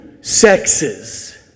sexes